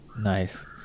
Nice